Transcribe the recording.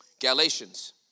Galatians